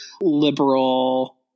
liberal